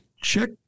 Check